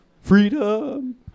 freedom